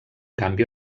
canvi